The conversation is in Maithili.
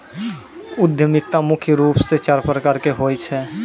उद्यमिता मुख्य रूप से चार प्रकार के होय छै